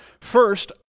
First